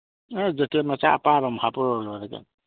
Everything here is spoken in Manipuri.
ꯖꯦꯀꯦꯠ ꯃꯆꯥ ꯑꯄꯥꯕ ꯑꯃ ꯍꯥꯏꯔꯛꯑ ꯂꯣꯏꯔꯦ ꯀꯩꯅꯣ